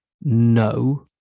No